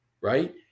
Right